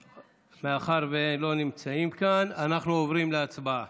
מאחר שהם לא נמצאים כאן, אנחנו עוברים להצבעה.